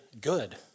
good